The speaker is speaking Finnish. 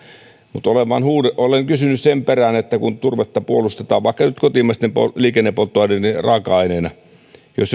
mutta olen kysynyt sen perään että kun turvetta vastustetaan vaikka nyt kotimaisten liikennepolttoaineiden raaka aineena jos